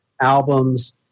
albums